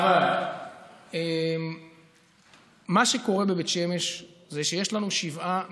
אבל מה שקורה בבית שמש זה שיש לנו שבעה מכרזים,